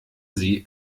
sie